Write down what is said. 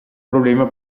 problema